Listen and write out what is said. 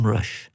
Rush